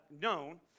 known